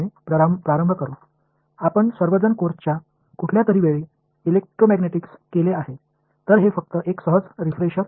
நீங்கள் அனைவரும் ஒரு கட்டத்தில் எலெக்ட்ரோமேக்னெட்டிக்ஸ் படித்து இருப்பீர்கள்